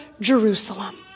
Jerusalem